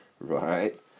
right